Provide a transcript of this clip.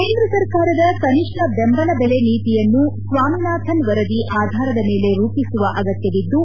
ಕೇಂದ್ರ ಸರ್ಕಾರದ ಕನಿಷ್ಠ ಬೆಂಬಲ ಬೆಲೆ ನೀತಿಯನ್ನು ಸ್ವಾಮಿನಾಥನ್ ವರದಿ ಆಧಾರದ ಮೇಲೆ ರೂಪಿಸುವ ಅಗತ್ತವಿದ್ದು